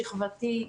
שכבתי,